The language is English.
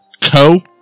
co